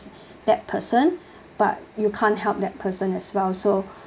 that person but you can't help that person as well so